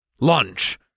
lunch